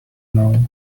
know